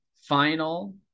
final